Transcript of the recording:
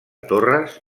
torres